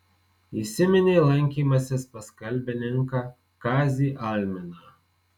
įsiminė lankymasis pas kalbininką kazį alminą